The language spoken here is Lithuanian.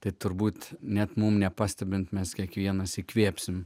tai turbūt net mums nepastebint mes kiekvienas įkvėpsime